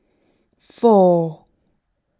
four